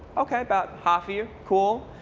ok, about half of you. cool.